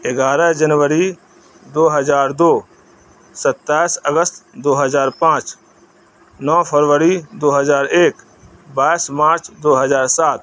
گیارہ جنوری دو ہزار دو ستائیس اگست دو ہزار پانچ نو فروری دو ہزار ایک بائس مارچ دو ہزار سات